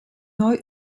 neu